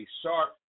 sharp